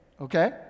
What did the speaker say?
Okay